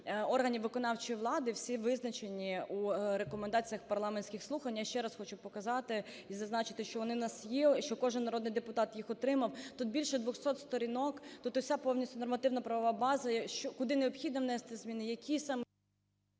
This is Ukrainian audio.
органів виконавчої влади, всі визначені у рекомендаціях парламентських слухань. Я ще раз хочу показати і зазначити, що вони у нас є, що кожен народний депутат їх отримав. Тут більше 200 сторінок. Тут вся повністю нормативно-правова база, куди необхідно внести зміни, які саме…